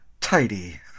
tidy